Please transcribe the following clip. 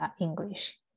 English